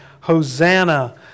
Hosanna